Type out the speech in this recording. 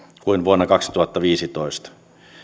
kuin vuonna kaksituhattaviisitoista